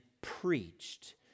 preached